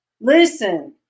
listen